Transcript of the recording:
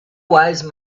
wise